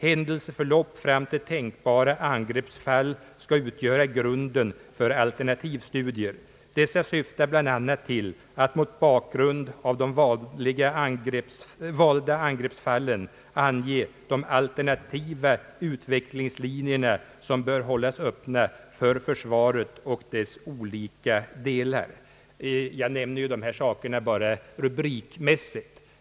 Händelseförlopp fram till tänkbara angreppsfall skall utgöra grunden för alternativstudier, vilka bland annat syftar till att mot bakgrunden av valda angreppsfall ange de alternativa utvecklingslinjer som bör hållas öppna för försvaret och dess olika delar. Jag nämner dessa saker bara rubrikmässigt.